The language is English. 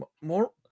more